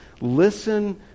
Listen